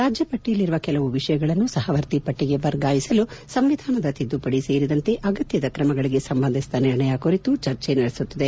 ರಾಜ್ಯಪಟ್ಟಿಯಲ್ಲಿರುವ ಕೆಲವು ವಿಷಯಗಳನ್ನು ಸಹವರ್ತಿ ಪಟ್ಟಿಗೆ ವರ್ಗಾಯಿಸಲು ಸಂವಿಧಾನದ ತಿದ್ದುಪಡಿ ಸೇರಿದಂತೆ ಅಗತ್ಯದ ಕ್ರಮಗಳಿಗೆ ಸಂಬಂಧಿಸಿದ ನಿರ್ಣಯ ಕುರಿತು ಚರ್ಚೆ ನಡೆಸುತ್ತಿದೆ